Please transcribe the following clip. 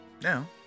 Now